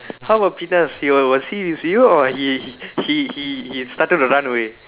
how about Penas he were was he with you or he he he he started to run away